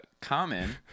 common